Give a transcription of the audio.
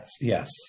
Yes